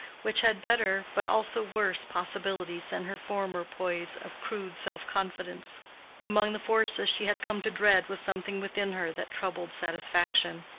which had better, but also worse, possibilities than her former poise of crude self-confidence among the forces she had come to dread was something within her that troubled satisfaction.